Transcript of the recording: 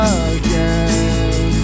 again